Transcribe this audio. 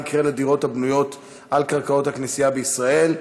מה יקרה לדירות הבנויות על קרקעות הכנסייה בישראל?